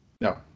No